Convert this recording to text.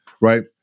right